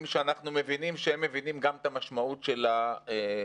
שאנחנו מבינים שהם מבינים גם את המשמעות של התגובה.